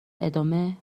ادامه